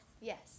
Yes